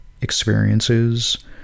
experiences